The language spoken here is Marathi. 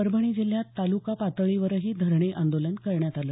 परभणी जिल्ह्यात ताल्का पातळीवरही धरणे आंदोलन करण्यात आलं